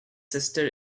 sister